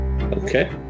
Okay